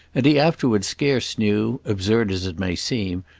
and he afterwards scarce knew, absurd as it may seem,